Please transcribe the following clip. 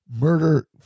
murder